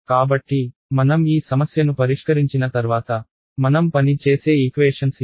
కాబట్టి మనం ఈ సమస్యను పరిష్కరించిన తర్వాత మనం పని చేసే ఈక్వేషన్స్ ఇవి